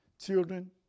children